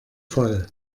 voll